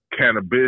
Cannabis